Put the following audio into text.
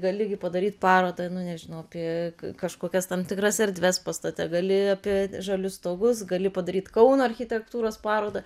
gali gi padaryt parodą nu nežinau apie kažkokias tam tikras erdves pastate gali apie žalius stogus gali padaryt kauno architektūros parodą